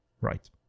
right